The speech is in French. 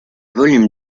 volumes